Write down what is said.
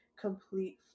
complete